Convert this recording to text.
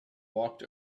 walked